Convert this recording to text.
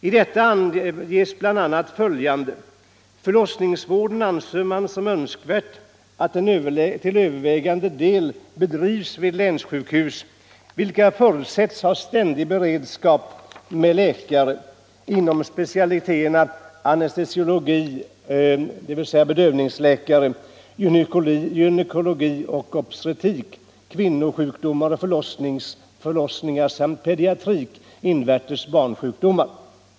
I detta anges som önskvärt att förlossningsvården till övervägande del bedrivs vid länssjukhus, vilka förutsätts skola ha ständig beredskap med läkare inom specialiteterna anestesiologi , pedia trik samt gynekologi och obstetrik .